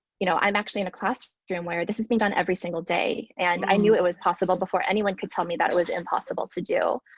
you know, i'm actually in a classroom where this is being done every single day. and i knew it was possible before anyone could tell me that it was impossible to do.